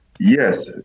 Yes